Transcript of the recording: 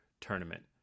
tournament